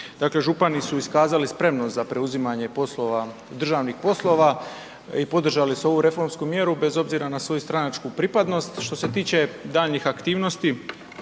župani su iskazali spremnost za preuzimanje državnih poslova i podržali su ovu reformsku mjeru bez obzira na svoju stranačku pripadnost. Što se tiče daljnjih aktivnosti,